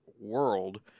world